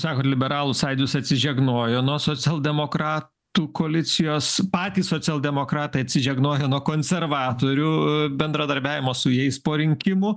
sakot liberalų sąjūdis atsižegnojo nuo socialdemokratų koalicijos patys socialdemokratai atsižegnojo nuo konservatorių bendradarbiavimo su jais po rinkimų